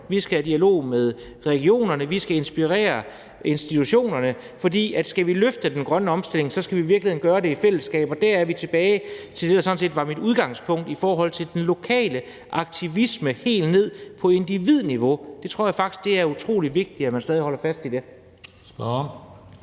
vi skal i dialog med regionerne, vi skal inspirere institutionerne, for skal vi løfte den grønne omstilling, skal vi i virkeligheden gøre det i fællesskab. Dermed er vi tilbage til det, der sådan set var mit udgangspunkt, nemlig i forhold til den lokale aktivisme helt ned på individniveau. Jeg tror faktisk, det er utrolig vigtigt, at man stadig holder fast i det.